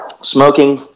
Smoking